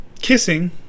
kissing